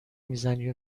میزنی